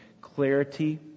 clarity